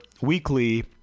weekly